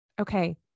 Okay